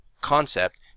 concept